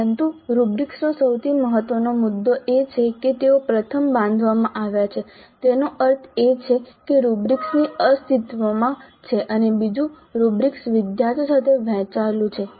પરંતુ રુબ્રિક્સનો સૌથી મહત્વનો મુદ્દો એ છે કે તેઓ પ્રથમ બાંધવામાં આવ્યા છે તેનો અર્થ એ છે કે રુબ્રિક્સ અસ્તિત્વમાં છે અને બીજું રુબ્રિક્સ વિદ્યાર્થીઓ સાથે વહેંચાયેલું છે